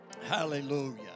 Hallelujah